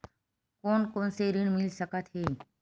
कोन कोन से ऋण मिल सकत हे?